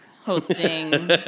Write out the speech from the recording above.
hosting